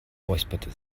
räusperte